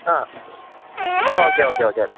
ആ okay okay okay